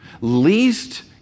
least